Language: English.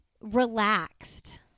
relaxed